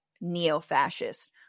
neo-fascist